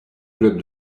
clubs